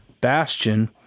Bastion